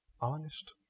Honest